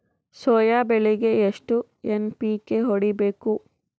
Soya ಬೆಳಿಗಿ ಎಷ್ಟು NPK ಹೊಡಿಬೇಕು?